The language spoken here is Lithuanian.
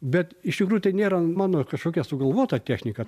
bet iš tikrųjų tai nėra mano kažkokia sugalvota technika